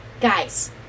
Guys